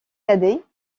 cadet